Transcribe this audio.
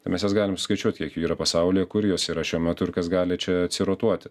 tai mes jas galim skaičiuot kiek jų yra pasaulyje kur jos yra šiuo metu ir kas gali čia atsirotuoti